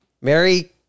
Mary